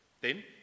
Then